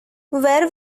where